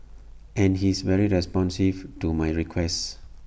and he's very responsive to my requests